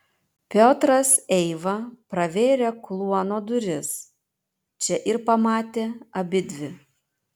piotras eiva pravėrė kluono duris čia ir pamatė abidvi